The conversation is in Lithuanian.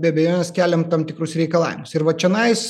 be abejonės keliam tam tikrus reikalavimus ir va čionais